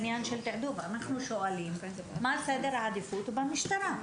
עניין של תעדוף" אנחנו שואלים מה סדר העדיפויות במשטרה.